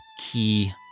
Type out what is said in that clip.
key